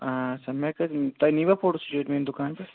آ سا مےٚ کٔر تۄہہِ نیٖوا فوٹوسِٹیٹ میٛانہِ دُکان پٮ۪ٹھ